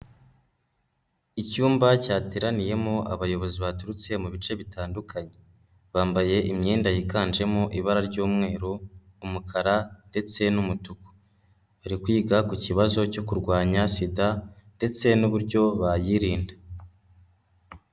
Icyumba cyateraniyemo abayobozi baturutse mu bice bitandukanye, bambaye imyenda yiganjemo ibara ry'umweru, umukara ndetse n'umutuku, bari kwiga ku kibazo cyo kurwanya Sida ndetse n'uburyo bayirinda.